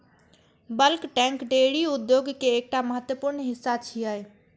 bulk tank dairy उद्योग के एकटा महत्वपूर्ण हिस्सा छियै